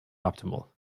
optimal